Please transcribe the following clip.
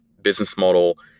business model,